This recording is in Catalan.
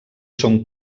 són